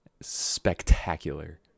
Spectacular